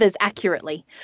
accurately